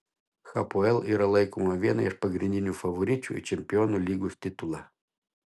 hapoel yra laikoma viena iš pagrindinių favoričių į čempionų lygos titulą